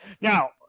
Now